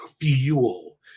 fuel